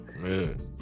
Man